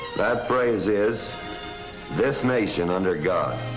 phrase is this nation under god.